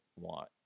want